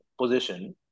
position